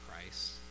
Christ